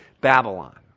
Babylon